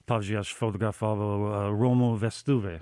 pavyzdžiui aš fotografavau romų vestuvę